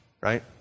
right